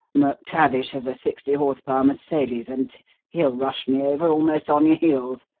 mctavish has a sixty-horse-power mercedes, and he'll rush me over almost on your heels.